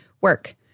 work